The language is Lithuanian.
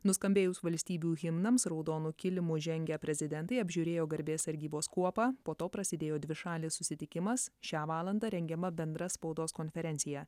nuskambėjus valstybių himnams raudonu kilimu žengę prezidentai apžiūrėjo garbės sargybos kuopą po to prasidėjo dvišalis susitikimas šią valandą rengiama bendra spaudos konferencija